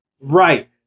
Right